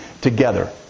together